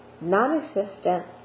non-existent